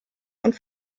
und